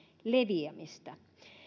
leviämistä